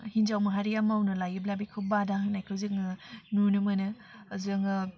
हिन्जाव माहारिया मावनो लायोब्ला बेखौ बादा होनायखौ जोङो नुनो मोनो जोङो